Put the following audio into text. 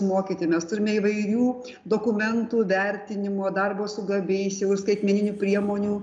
mokyti mes turime įvairių dokumentų vertinimo darbo su gabiais jau ir skaitmeninių priemonių